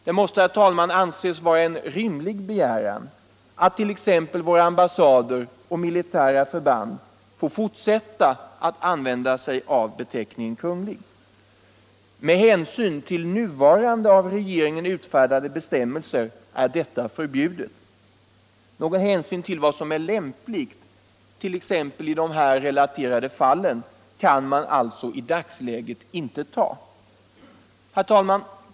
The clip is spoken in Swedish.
Det måste, herr talman, anses vara en rimlig begäran att t.ex. våra ambassader och militära förband får fortsätta att använda sig av beteckningen Kunglig. Enligt nuvarande av regeringen utfärdade bestämmelser är detta förbjudet. Några hänsyn till vad som är lämpligt i t.ex. de här relaterade fallen kan man alltså i dagens läge inte ta. Herr talman!